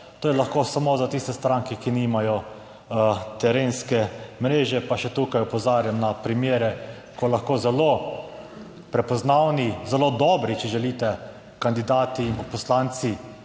To je lahko samo za tiste stranke, ki nimajo terenske mreže pa še tukaj opozarjam na primere, ko lahko zelo prepoznavni, zelo dobri, če želite. Kandidati in poslanci